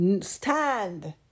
stand